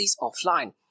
offline